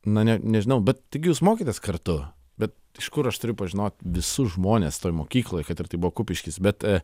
na ne nežinau bet tigi jūs mokėtės kartu bet iš kur aš turiu pažinot visus žmones toj mokykloj kad ir tai buvo kupiškis bet